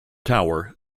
tower